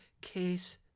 case